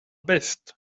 best